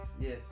yes